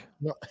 No